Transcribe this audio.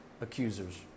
accusers